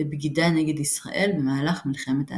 בבגידה נגד ישראל, במהלך מלחמת העצמאות.